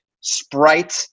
Sprite